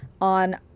on